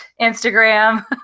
Instagram